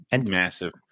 massive